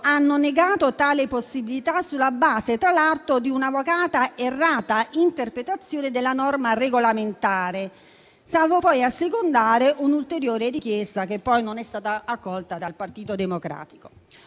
hanno negato tale possibilità, sulla base, tra l'altro, di un'invocata errata interpretazione della norma regolamentare, salvo poi assecondare un'ulteriore richiesta, che poi non è stata accolta dal Partito Democratico.